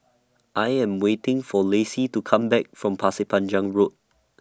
I Am waiting For Lacy to Come Back from Pasir Panjang Road